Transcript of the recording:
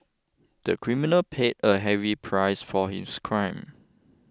the criminal paid a heavy price for his crime